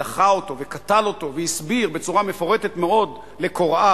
ודחה אותו וקטל אותו והסביר בצורה מפורטת מאוד לקוראיו,